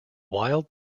wild